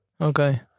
Okay